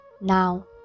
Now